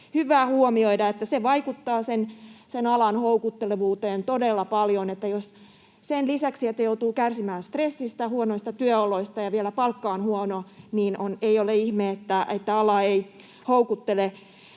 hyvä huomioida, että se vaikuttaa sen alan houkuttelevuuteen todella paljon: jos sen lisäksi, että joutuu kärsimään stressistä ja huonoista työoloista, vielä palkka on huono, niin ei ole ihme, että ala ei houkuttele.